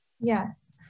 Yes